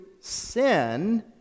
sin